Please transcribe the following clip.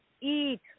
eat